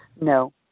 No